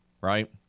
right